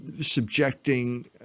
subjecting